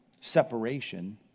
separation